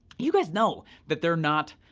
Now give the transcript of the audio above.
you guys know that they're not